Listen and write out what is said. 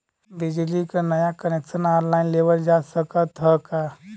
बिजली क नया कनेक्शन ऑनलाइन लेवल जा सकत ह का?